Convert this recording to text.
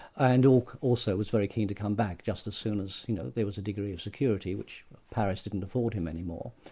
and also was very keen to come back just as soon as you know there was a degree of security, which paris didn't afford him any more.